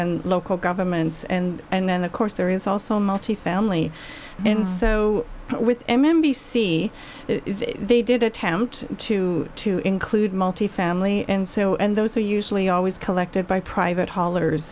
and local governments and then of course there is also multifamily and so with m m b c they did attempt to to include multifamily and so and those are usually always collected by private haulers